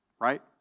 right